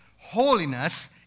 Holiness